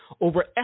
over